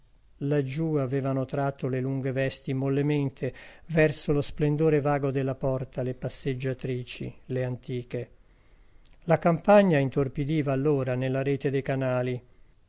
laggiù avevano tratto le lunghe vesti mollemente verso lo splendore vago della porta le passeggiatrici le antiche la campagna intorpidiva allora nella rete dei canali